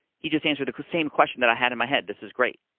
he just answered the same question that i had in my head, this is great.